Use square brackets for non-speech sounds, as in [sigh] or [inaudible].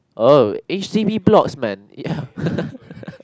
oh h_d_b blocks man [laughs]